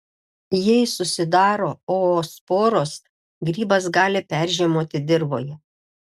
jei susidaro oosporos grybas gali peržiemoti dirvoje